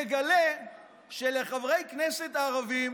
מגלה שלחברי כנסת ערבים,